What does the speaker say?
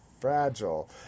fragile